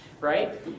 Right